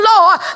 Lord